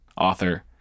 author